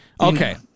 Okay